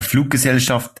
fluggesellschaft